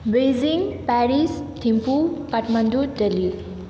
Beijing Paris Thimphu Kathmandu Delhi